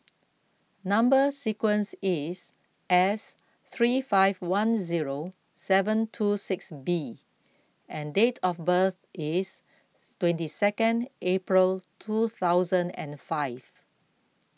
Number Sequence is S three five one zero seven two six B and date of birth is twenty second April two thousand and five